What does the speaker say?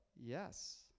Yes